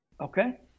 okay